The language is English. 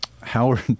Howard